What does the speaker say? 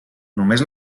només